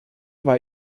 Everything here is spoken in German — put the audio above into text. war